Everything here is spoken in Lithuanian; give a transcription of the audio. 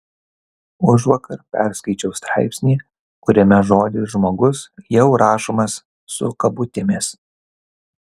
užvakar perskaičiau straipsnį kuriame žodis žmogus jau rašomas su kabutėmis